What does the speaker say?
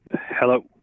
Hello